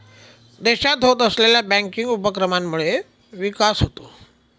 देशात होत असलेल्या बँकिंग उपक्रमांमुळे विकास होतो